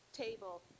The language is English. table